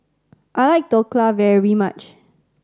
I like Dhokla very much